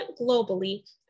globally